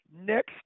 Next